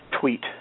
tweet